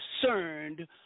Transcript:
concerned